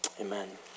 amen